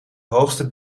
hoogste